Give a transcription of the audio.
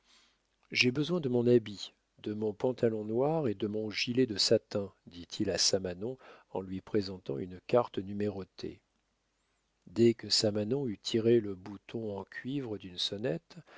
j'ai besoin de mon habit de mon pantalon noir et de mon gilet de satin dit-il à samanon en lui présentant une carte numérotée dès que samanon eut tiré le bouton en cuivre d'une sonnette